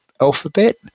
alphabet